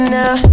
now